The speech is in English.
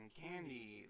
candy